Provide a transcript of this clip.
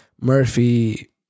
Murphy